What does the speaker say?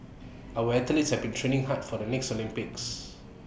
our athletes have been training hard for the next Olympics